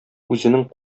үзенең